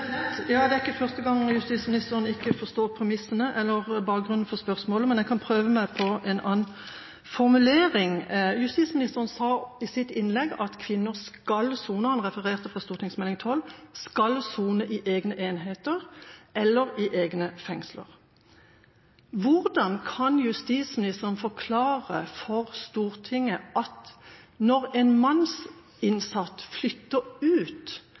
Det er ikke første gangen at justisministeren ikke forstår premissene eller bakgrunnen for spørsmålet, men jeg kan prøve meg på en annen formulering. Justisministeren sa i sitt innlegg – han refererte fra Meld. St. 12 for 2014–2015 – at kvinner skal sone i egne enheter eller egne fengsler. Hvordan kan justisministeren forklare for Stortinget at når en mannlig innsatt flytter ut